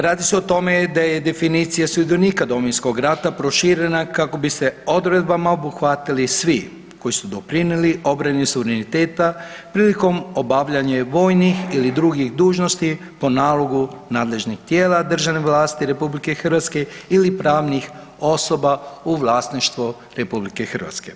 Radi se o tome da je definicija sudionika Domovinskog rata proširena kako bi se odredbama obuhvatili svi koji su doprinijeli obrani suvereniteta prilikom obavljanja vojnih ili drugih dužnosti po nalogu nadležnih tijela državne vlasti RH ili pravnih osoba u vlasništvu RH.